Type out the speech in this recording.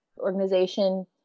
Organization